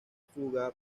fuga